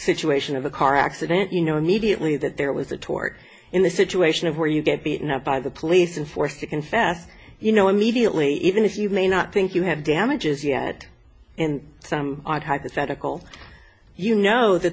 situation of a car accident you know immediately that there was a tort in the situation of where you get beaten up by the police and forced to confess you know immediately even if you may not think you have damages yet and some hypothetical you know that